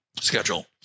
schedule